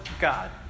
God